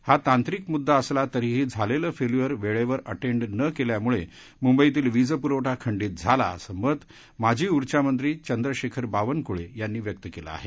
हा तांत्रिक मुद्दा असला तरीही झालेलं फेल्यूअर वेळेवर अटेंड न केल्यामुळे मुंबईतील वीजपुरवठा खंडीत झालां असं मत माजी ऊर्जामंत्री चंद्रशेखर बावनकुळे यांनी व्यक्त केलं आहे